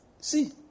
see